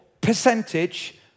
percentage